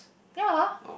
ya